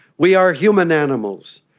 we are human animals,